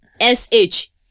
S-H